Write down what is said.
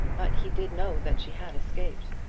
but he did know that she had escaped.